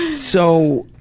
so